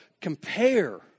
Compare